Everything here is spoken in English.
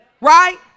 right